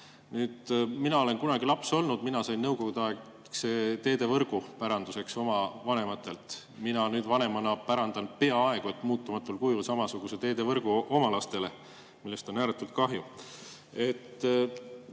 Mina olen kunagi laps olnud, mina sain Nõukogude-aegse teevõrgu päranduseks oma vanematelt, nüüd vanemana pärandan peaaegu et muutumatul kujul samasuguse teevõrgu oma lastele, millest on ääretult kahju.